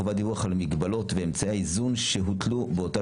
חובת דיווח על המגבלות ואמצעי האיזון שהוטלו באותה